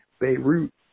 Beirut